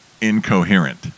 incoherent